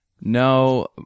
no